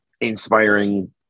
inspiring